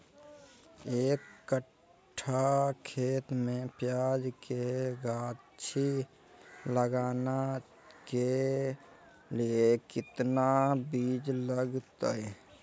एक कट्ठा खेत में प्याज के गाछी लगाना के लिए कितना बिज लगतय?